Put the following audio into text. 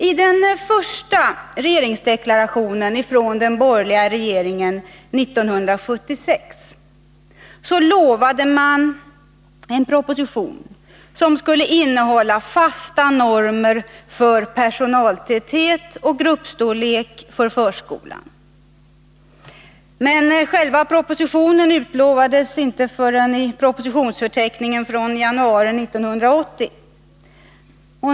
I den första regeringsdeklarationen från den borgerliga regeringen 1976 utlovades en proposition, som skulle innehålla fasta normer för personaltäthet och gruppstorlek för förskolan. Men löfte om propositionen kom inte förrän i propositionsförteckningen från januari 1980.